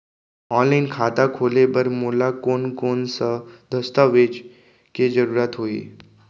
Online खाता खोले बर मोला कोन कोन स दस्तावेज के जरूरत होही?